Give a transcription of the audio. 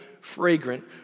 fragrant